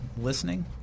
listening